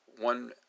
one